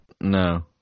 No